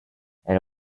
elle